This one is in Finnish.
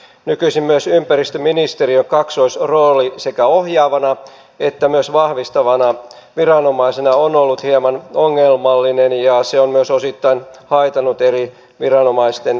nykyisin myös ympäristöministeriön kaksoisrooli sekä ohjaavana että myös vahvistavana viranomaisena on ollut hieman ongelmallinen ja se on myös osittain haitannut eri viranomaisten yhteistyötäkin